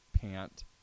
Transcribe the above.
pant